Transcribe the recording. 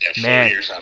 Man